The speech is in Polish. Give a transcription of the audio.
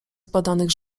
zbadanych